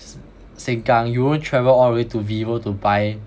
S~ Sengkang you won't travel all the way to Vivo to buy